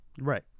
right